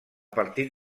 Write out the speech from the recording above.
partir